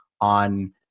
on